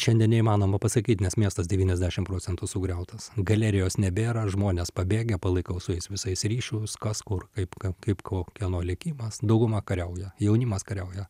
šiandien neįmanoma pasakyt nes miestas devyniasdešim procentų sugriautas galerijos nebėra žmonės pabėgę palaikau su jais visais ryšius kas kur kaip kam kaip koks kieno likimas dauguma kariauja jaunimas kariauja